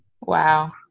Wow